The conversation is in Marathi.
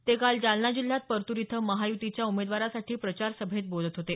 ते काल जालना जिल्ह्यात परतूर इथं महायुतीच्या उमेदवारांसाठी प्रचार सभेत बोलत होते